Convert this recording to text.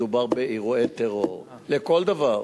מדובר באירועי טרור לכל דבר.